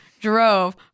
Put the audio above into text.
drove